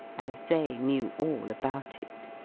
as they knew all about it.